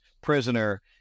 prisoner